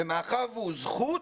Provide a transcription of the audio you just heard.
ומאחר והוא זכות,